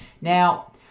Now